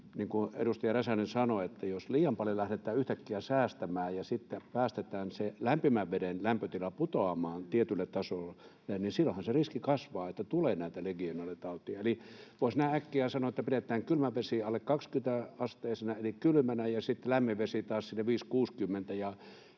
kuin edustaja Räsänen sanoi, jos liian paljon lähdetään yhtäkkiä säästämään ja sitten päästetään se lämpimän veden lämpötila putoamaan tietylle tasolle, niin silloinhan kasvaa se riski, että tulee näitä Legionella-tauteja. Eli voisi näin äkkiä sanoa, että pidetään kylmä vesi alle 20-asteisena eli kylmänä ja sitten lämmin vesi taas sinne